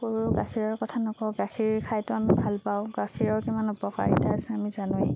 গৰুৰ গাখীৰৰ কথা নকওঁ গাখীৰ খাইতো আমি ভাল পাওঁ গাখীৰৰ কিমান উপকাৰিতা আছে আমি জানোৱেই